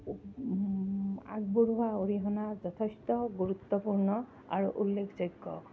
আগবঢ়োৱা অৰিহণা যথেষ্ট গুৰুত্বপূৰ্ণ আৰু উল্লেখযোগ্য